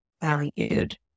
valued